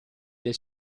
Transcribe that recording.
del